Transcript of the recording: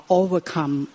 overcome